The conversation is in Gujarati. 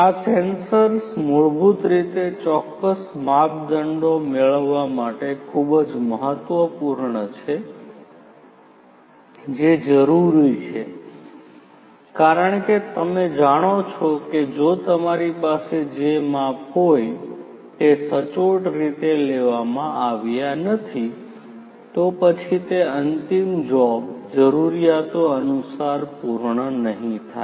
આ સેન્સર્સ મૂળભૂત રીતે ચોક્કસ માપદંડો મેળવવા માટે ખૂબ જ મહત્વપૂર્ણ છે જે જરૂરી છે કારણ કે તમે જાણો છો કે જો તમારી પાસે જે માપ હોય તે સચોટ રીતે લેવામાં આવ્યાં નથી તો પછી તે અંતિમ જોબ જરૂરિયાતો અનુસાર પૂર્ણ નહીં થાય